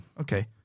Okay